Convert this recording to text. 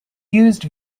used